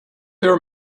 their